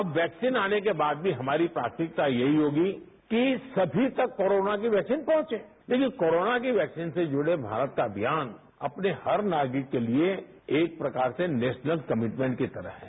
अब वैक्सीन आने के बाद भी हमारी प्राथमिकता यही होगी कि सभी तक कोरोना की वैक्सीन पहुंचे लेकिन कोरोना की वैक्सीन से जुड़ा भारत का अभियान अपने हर नागरिक के लिए एक प्रकार से नेशनल कमिटमेंट की तरह है